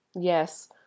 yes